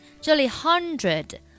这里hundred